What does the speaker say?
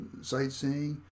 sightseeing